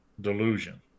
delusion